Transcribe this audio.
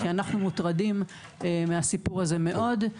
כי אנחנו מוטרדים מן הסיפור הזה מאוד,